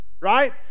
right